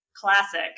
classic